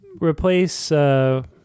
replace